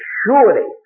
surely